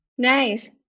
Nice